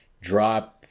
drop